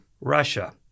Russia